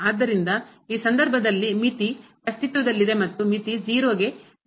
ಆದ್ದರಿಂದ ಈ ಸಂದರ್ಭದಲ್ಲಿ ಮಿತಿ ಅಸ್ತಿತ್ವದಲ್ಲಿದೆ ಮತ್ತು ಮಿತಿ ಗೆ ಸಮಾನವಾಗಿರುತ್ತದೆ